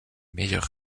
meilleurs